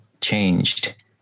changed